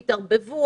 התערבבו,